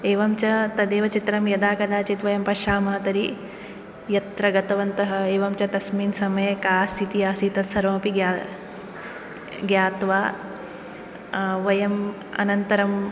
एवञ्च तदेव चित्रं यदा कदाचिद्वयं पश्चामः तर्हि यत्र गतवन्तः एवञ्च तस्मिन् समये का स्थितिः आसीत् तत्सर्वं अपि ज्ञा ज्ञात्वा वयम् अनन्तरं